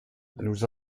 nous